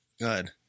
good